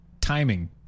timing